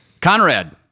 Conrad